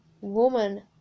woman